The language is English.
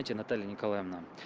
yeah natalya nikolayevna!